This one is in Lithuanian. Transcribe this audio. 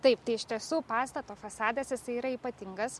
taip tai iš tiesų pastato fasadas jisai yra ypatingas